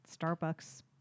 starbucks